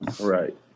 Right